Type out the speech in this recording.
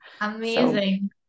Amazing